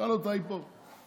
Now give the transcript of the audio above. תשאל אותה, היא פה.